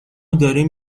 داریم